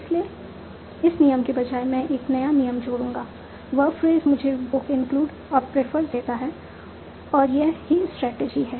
इसलिए इस नियम के बजाय मैं एक नया नियम जोड़ूंगा वर्ब फ्रेज मुझे बुक इंक्लूड और प्रेफर देता है और यह ही स्ट्रेटजी है